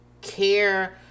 care